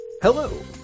Hello